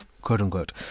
quote-unquote